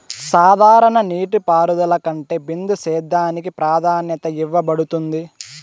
సాధారణ నీటిపారుదల కంటే బిందు సేద్యానికి ప్రాధాన్యత ఇవ్వబడుతుంది